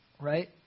right